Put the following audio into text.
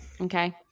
Okay